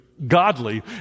Godly